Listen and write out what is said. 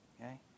Okay